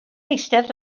eistedd